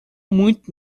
muito